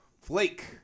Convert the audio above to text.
flake